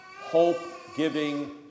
hope-giving